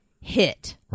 hit